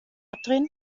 abdrehen